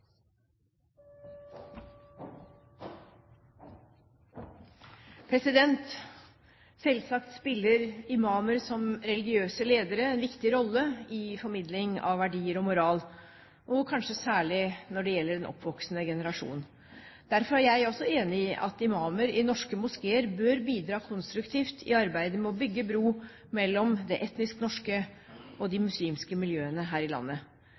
Selvsagt spiller imamer som religiøse ledere en viktig rolle i formidling av verdier og moral, og kanskje særlig når det gjelder den oppvoksende generasjonen. Derfor er jeg også enig i at imamer i norske moskeer bør bidra konstruktivt i arbeidet med å bygge bro mellom det etnisk norske og de muslimske miljøene her i landet.